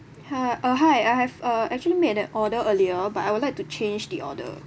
hi uh hi I have uh actually made an order earlier but I would like to change the order